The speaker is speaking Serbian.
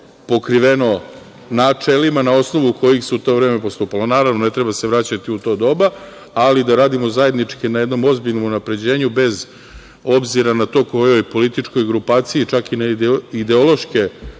pokriveno načelima na osnovu kojih se u to vreme postupalo. Naravno, ne treba se vraćati u to doba, ali da radimo zajednički na jednom ozbiljnom unapređenju bez obzira na to kojoj političkoj grupaciji, čak i na ideološke